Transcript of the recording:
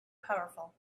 powerful